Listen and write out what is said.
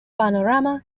panorama